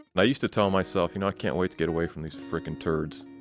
and i used to tell myself, you know, i can't wait to get away from these frickin' turds.